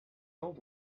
old